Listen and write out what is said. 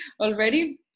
already